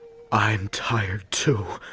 i'm tired too.